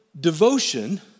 devotion